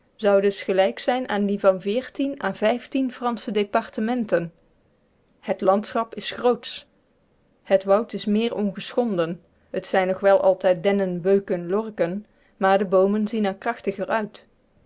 zou dus gelijk zijn aan die van à fransche departementen het landschap is grootsch het woud is meer ongeschonden t zijn nog wel altijd dennen beuken lorken maar de boomen zien er krachtiger uit